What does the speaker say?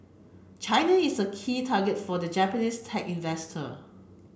China is a key target for the Japanese tech investor